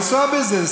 לנסוע בזה.